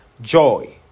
joy